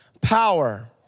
power